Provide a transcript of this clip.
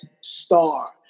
star